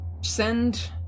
Send